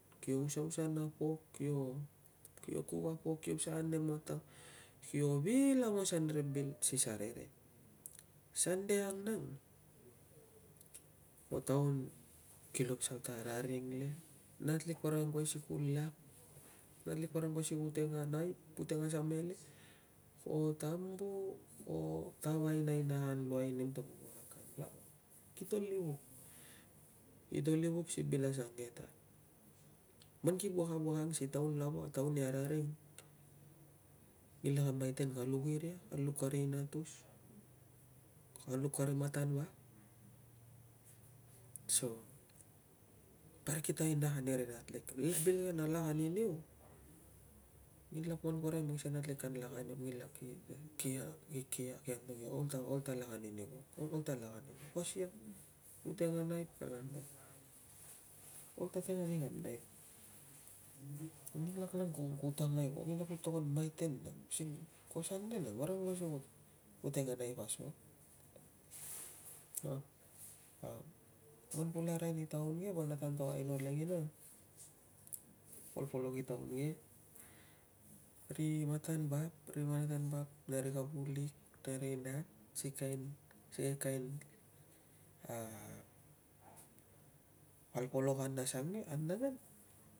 Kio usausa na pok, kio kuk a pok. Kio pasal ane matang, kio vil aungos ri bil si sarere. Sande ang nang ko taun kio pasal ta araring. Nat lik parik kila ang kuai si kun lak. Nat lik parik ka ang kuai si ka teng a knife, ku teng a samele. Ko tambu ko tab ainainak an luai nim ta ku wuak a kain wuak ang. Kito livuk kito livuk si bil asangke ta man ki wuak a wuak anag si taun lava, taun i araring, nginlak a maiten ka luk iria, ka luk kari inatus, ka luk kari matan vap so parik kita ainak ani ri nat lik. Bil ke na lak ani niu- nginlak man ku arai ni mang sikei a nat lik si lak ani niu, nginlak ki ki ia, ki antok ia ta ol ta lak ani niu, ol ta lak ania, pasiang. Ku teng a naip kala antok ol ta teng ani naip. Nginlak nang ku togon maiten nang using ko sande nang. Parik kua angkuai si ku teng a naip asukang man kula arai ni taun ke val nata antok aino lenginang, polpolok i taun ke ri matan vap, ri matan vap ve ri kavulik ve ri nat si kain, si kain polpolok i taun ke anangan.